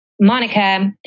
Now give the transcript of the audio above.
Monica